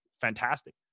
fantastic